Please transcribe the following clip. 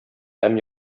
һәм